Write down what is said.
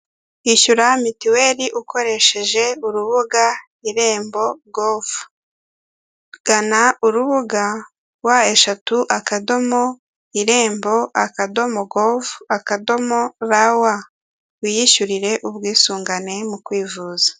Kishyura mituweli ukoresheje urubuga irembo govu, gana urubuga wa eshatu akadomo irembo akadomo govu akadomo rawa wiyishyurire ubwisungane mu kwivuza.